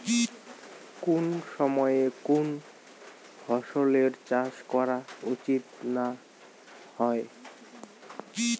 কুন সময়ে কুন ফসলের চাষ করা উচিৎ না হয়?